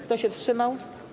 Kto się wstrzymał?